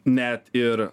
net ir